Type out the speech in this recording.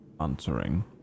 answering